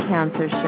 Cancer